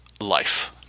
life